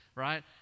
right